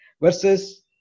versus